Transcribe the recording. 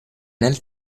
nel